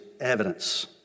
evidence